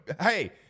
Hey